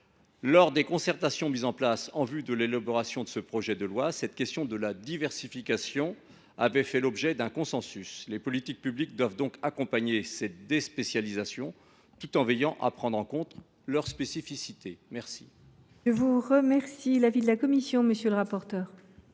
Lors des concertations mises en place en vue de l’élaboration de ce projet de loi, la question de la diversification avait fait l’objet d’un consensus. Les politiques publiques doivent donc accompagner cette déspécialisation tout en veillant à prendre en compte les spécificités. Quel est l’avis de la commission ? Il est défavorable,